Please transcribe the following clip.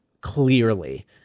clearly